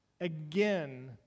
again